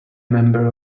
member